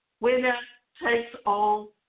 winner-takes-all